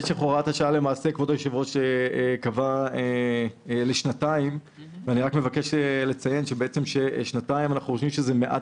כבוד היושב-ראש, אני מבקש להפנות את תשומת